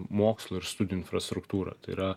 mokslo ir studijų infrastruktūrą tai yra